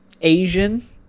Asian